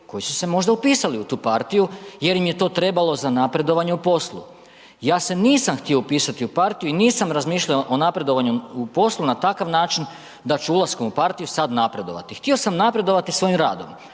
koji su se možda upisali u tu partiju jer im je to trebalo za napredovanje u poslu. Ja se nisam htio upisati u partiju i nisam razmišljao o napredovanju u poslu na takav način da ću ulaskom u partiju sad napredovati, htio sam napredovati svojim radom.